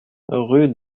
rue